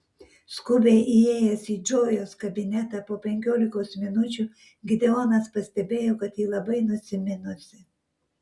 skubiai įėjęs į džojos kabinetą po penkiolikos minučių gideonas pastebėjo kad ji labai nusiminusi